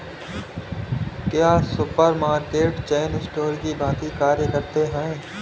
क्या supermarket chain store की भांति कार्य करते हैं?